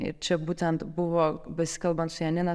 ir čia būtent buvo besikalbant su janina